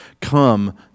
come